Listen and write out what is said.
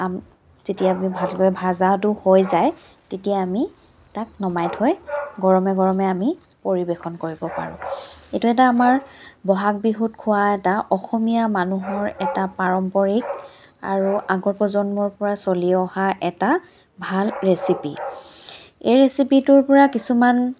আম যেতিয়া আমি ভাজাটো হৈ যায় তেতিয়াই আমি তাক নমাই থৈ গৰমে গৰমে আমি পৰিৱেশন কৰিব পাৰোঁ এইটো এটা আমাৰ বহাগ বিহুত খোৱা এটা অসমীয়া মানুহৰ এটা পাৰম্পৰিক আৰু আগৰ প্ৰজন্মৰ পৰা চলি অহা এটা ভাল ৰেচিপি এই ৰেচিপিটোৰ পৰা কিছুমান